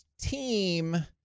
team